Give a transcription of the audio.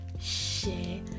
share